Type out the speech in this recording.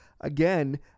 again